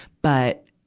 but,